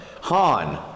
Han